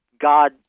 God